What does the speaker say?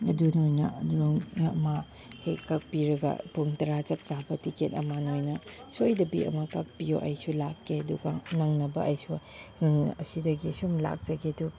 ꯑꯗꯨ ꯅꯣꯏꯅ ꯑꯃ ꯍꯦꯛ ꯀꯛꯄꯤꯔꯒ ꯄꯨꯡ ꯇꯔꯥ ꯆꯞ ꯆꯥꯕ ꯇꯤꯛꯀꯦꯠ ꯑꯃ ꯅꯣꯏꯅ ꯁꯣꯏꯗꯕꯤ ꯑꯃ ꯀꯥꯛꯄꯤꯌꯣ ꯑꯩꯁꯨ ꯂꯥꯛꯀꯦ ꯑꯗꯨꯒ ꯅꯪꯅꯕ ꯑꯩꯁꯨ ꯑꯁꯤꯗꯒꯤ ꯑꯁꯨꯝ ꯂꯥꯛꯆꯒꯦ ꯑꯗꯣ